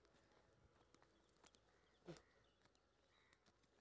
समाज के विकास कोन तरीका से होते?